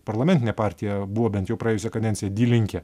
parlamentinė partija buvo bent jau praėjusią kadenciją di linke